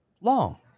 long